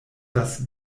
das